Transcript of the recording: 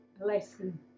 lesson